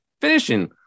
Finishing